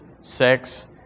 Sex